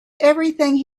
everything